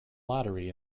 lottery